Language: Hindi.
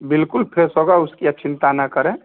बिल्कुल फ्रेस होगा उसकी आप चिंता न करें